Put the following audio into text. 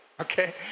Okay